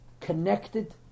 connected